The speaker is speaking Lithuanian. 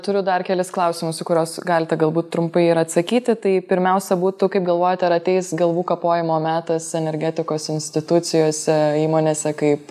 turiu dar kelis klausimus į kuriuos galite galbūt trumpai ir atsakyti tai pirmiausia būtų kaip galvojate ar ateis galvų kapojimo metas energetikos institucijose įmonėse kaip